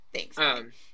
Thanks